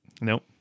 Nope